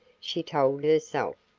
she told herself.